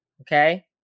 Okay